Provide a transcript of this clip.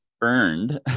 earned